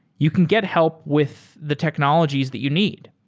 you can get help with the technologies that you need.